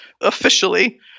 officially